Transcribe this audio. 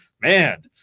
man